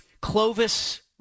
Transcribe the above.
Clovis